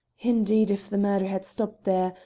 indeed, if the matter had stopped there,